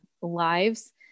lives